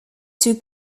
took